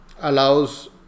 allows